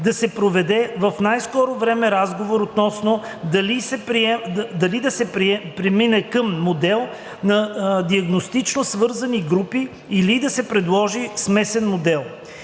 да се проведе в най-скоро време разговор относно това дали да се премине към модел на диагностично свързани групи, или да се предложи смесен модел.